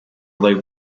leave